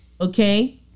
Okay